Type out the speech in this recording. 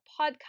podcast